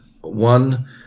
one